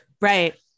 right